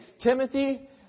Timothy